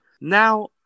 Now